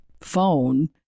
phone